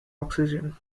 oxygen